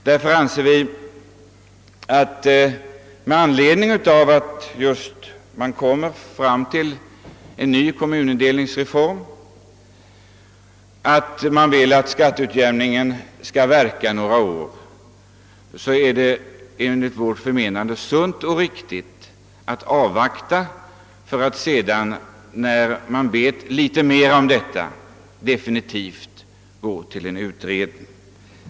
Då man nu alltså står inför en ny kommunindelningsreform och då man vill att skatteutjämningen skall få verka några år, är det enligt vårt förmenande sunt och riktigt att avvakta utvecklingen för att senare, när man vet litet mer om det hela, definitivt besluta om en utredning.